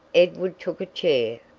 edward took a chair,